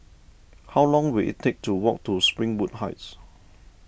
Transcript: how long will it take to walk to Springwood Heights